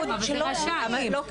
היא אומרת שלא עונים.